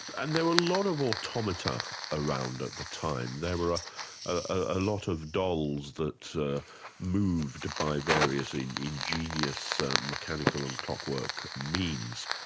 and there were a lot of automata around at the time, there were a a lot of dolls that moved by various ingenious mechanical and clockwork means,